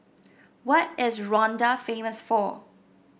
what is Rwanda famous for